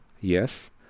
Yes